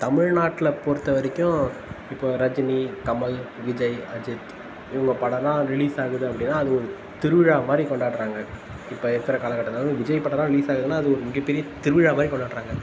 தமிழ்நாட்டில் பொறுத்த வரைக்கும் இப்போ ரஜினி கமல் விஜய் அஜித் இவங்க படம் எல்லாம் ரிலீஸ் ஆகுது அப்படினா அது திருவிழா மாதிரி கொண்டாடுகிறாங்க இப்போ இருக்கிற காலக்கட்டத்தில் வந்து விஜய் படம் எல்லாம் ரிலீஸ் ஆகுதுன்னா அது ஒரு மிகப்பெரிய திருவிழா மாதிரி கொண்டாடுகிறாங்க